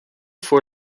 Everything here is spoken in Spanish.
fue